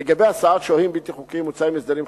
לגבי הסעת שוהים בלתי חוקיים מוצעים הסדרים חדשים,